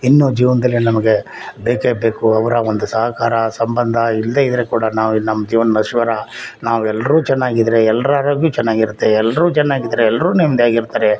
ಇನ್ನೂ ಜೀವನದಲ್ಲಿ ನಮಗೆ ಬೇಕೇ ಬೇಕು ಅವರ ಒಂದು ಸಹಕಾರ ಸಂಬಂಧ ಇಲ್ಲದೇ ಇದ್ದರೆ ಕೂಡ ನಾವಿಲ್ಲ ನಮ್ಮ ಜೀವನ ನಶ್ವರ ನಾವು ಎಲ್ಲರೂ ಚೆನ್ನಾಗಿದ್ದರೆ ಎಲ್ರ ಆರೋಗ್ಯವೂ ಚೆನ್ನಾಗಿರುತ್ತೆ ಎಲ್ರೂ ಚೆನ್ನಾಗಿದ್ದರೆ ಎಲ್ರೂ ನೆಮ್ದಿಯಾಗಿ ಇರ್ತಾರೆ